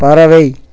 பறவை